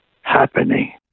happening